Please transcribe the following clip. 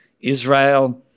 Israel